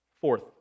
Fourth